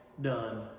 done